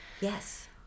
Yes